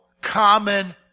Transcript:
common